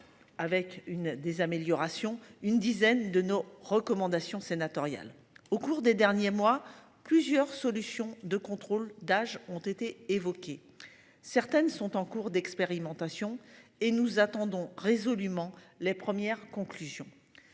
Avec une des améliorations. Une dizaine de nos recommandations sénatoriale au cours des derniers mois, plusieurs solutions de contrôle d'âge ont été évoquées, certaines sont en cours d'expérimentation et nous attendons résolument les premières conclusions.